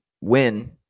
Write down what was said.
win